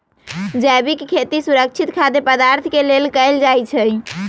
जैविक खेती सुरक्षित खाद्य पदार्थ के लेल कएल जाई छई